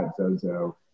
Zozo